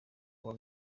kuwa